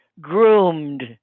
groomed